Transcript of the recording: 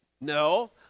No